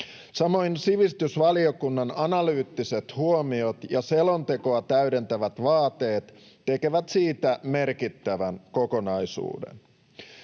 Samoin sivistysvaliokunnan analyyttiset huomiot ja selontekoa täydentävät vaateet tekevät siitä merkittävän kokonaisuuden.